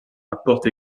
apporte